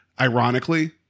ironically